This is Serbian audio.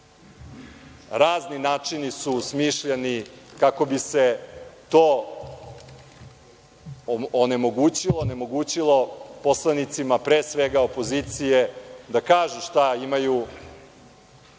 Razni načini su smišljani kako bi se to onemogućilo, onemogućilo poslanicima pre svega opozicije da kažu šta imaju